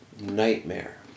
nightmare